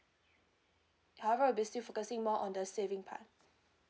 however we'll be still focusing more on the saving part